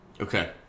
Okay